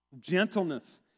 gentleness